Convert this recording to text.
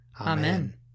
Amen